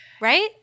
Right